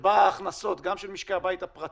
שבה ההכנסות, גם של משקי הבית הפרטיים